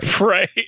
Right